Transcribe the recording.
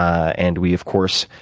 and we, of course,